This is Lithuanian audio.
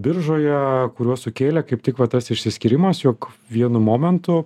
biržoje kuriuos sukėlė kaip tik va tas išsiskyrimas jog vienu momentu